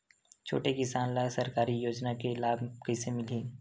छोटे किसान ला सरकारी योजना के लाभ कइसे मिलही?